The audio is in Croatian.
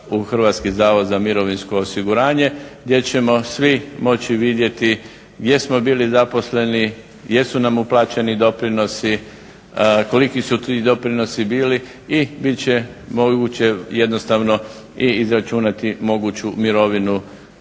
radno-pravnog statusa u HZMO gdje ćemo svi moći vidjeti gdje smo bili zaposleni, jesu nam uplaćeni doprinosi, koliki su ti doprinosi bili i bit će moguće jednostavno i izračunati moguću mirovinu